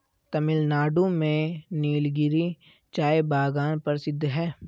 तमिलनाडु में नीलगिरी चाय बागान प्रसिद्ध है